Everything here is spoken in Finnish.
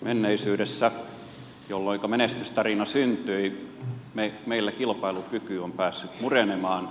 menneisyydestä jolloinka menestystarina syntyi meillä kilpailukyky on päässyt murenemaan